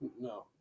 No